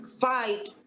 fight